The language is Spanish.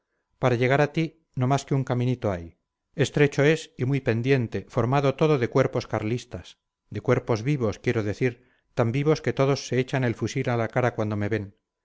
para llegar a ti no más que un caminito hay estrecho es y muy pendiente formado todo de cuerpos carlistas de cuerpos vivos quiero decir tan vivos que todos se echan el fusil a la cara cuando me ven